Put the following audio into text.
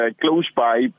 close-by